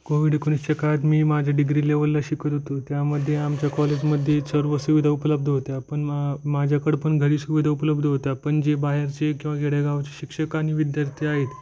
Covid एकोणिसच्या काळात मी माझ्या डिग्री लेव्हलला शिकत होतो त्यामध्ये आमच्या कॉलेजमध्ये सर्व सुविधा उपलब्ध होत्या पण मा माझ्याकडं पण घरी सुविधा उपलब्ध होत्या पण जे बाहेरचे किंवा खेडेगावचे शिक्षक आणि विद्यार्थी आहेत